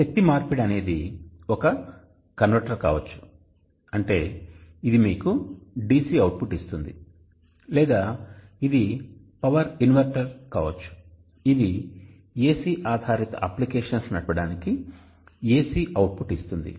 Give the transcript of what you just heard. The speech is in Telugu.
శక్తి మార్పిడి అనేది ఒక కన్వర్టర్ కావచ్చు అంటే ఇది మీకు DC అవుట్పుట్ ఇస్తుంది లేదా ఇది పవర్ ఇన్వర్టర్ కావచ్చు ఇది AC ఆధారిత అప్లికేషన్స్ నడపడానికి AC అవుట్పుట్ ఇస్తుంది